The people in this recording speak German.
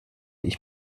ich